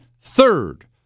third